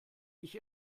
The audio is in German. ich